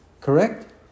correct